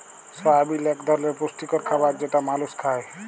সয়াবিল এক ধরলের পুষ্টিকর খাবার যেটা মালুস খায়